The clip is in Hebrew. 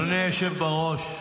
אדוני היושב בראש,